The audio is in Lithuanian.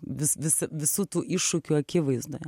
vis vis visų tų iššūkių akivaizdoje